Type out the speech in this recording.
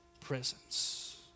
presence